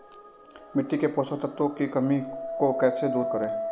मिट्टी के पोषक तत्वों की कमी को कैसे दूर करें?